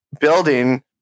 building